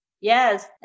Yes